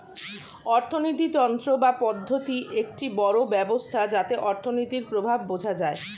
অর্থিনীতি তন্ত্র বা পদ্ধতি একটি বড় ব্যবস্থা যাতে অর্থনীতির প্রভাব বোঝা যায়